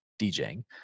DJing